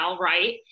right